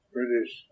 British